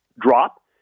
drop